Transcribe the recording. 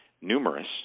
numerous